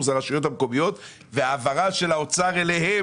אלא אלה הרשויות המקומיות והעברה של האוצר אליהם,